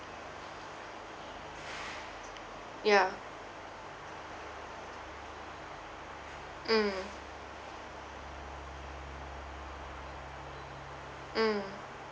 ya mm mm